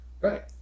Right